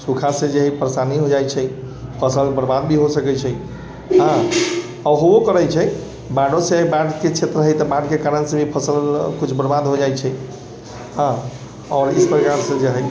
सूखासँ जे हइ परेशानी होइ जाइ छै फसिल बरबाद भी हो सकै छै हँ आओर होबो करै छै बाढ़ोसँ बाढ़के क्षेत्र हइ तऽ बाढ़के कारणसँ भी फसिल किछु बरबाद हो जाइ छै हँ आओर एहि प्रकारसँ जे हइ